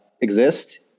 exist